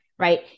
Right